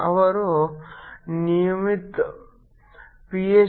ಅವರು ನಿಯಮಿತ ಪಿಎಚ್